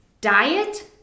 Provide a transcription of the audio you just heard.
diet